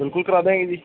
ਬਿਲਕੁਲ ਕਰਾ ਦਾਂਗੇ ਜੀ